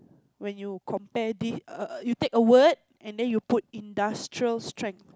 when you compare the err you take a word and you put industrial strength